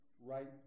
right